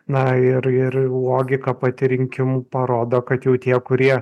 na ir ir logika pati rinkimų parodo kad jau tie kurie